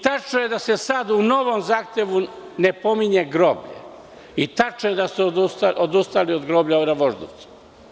Tačno je da se sada u novom zahtevu ne pominje groblje i tačno je da su odustali od groblja ovi na Voždovcu.